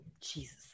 Jesus